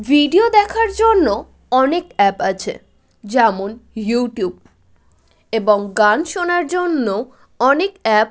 video দেখার জন্য অনেক অ্যাপ আছে যেমন ইউটিউব এবং গান শোনার জন্যও অনেক অ্যাপ